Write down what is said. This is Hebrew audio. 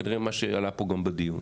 כנראה מה שעלה פה גם בדיון,